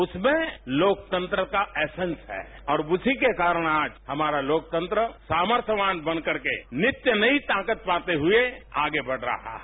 उसमें लोकतंत्र का एसेंस हैं और उसी कारण आज हमारा लोकतंत्र सामर्थयवान बनकर नित्य नई ताकत पाते हुए आगे बढ़ रहा है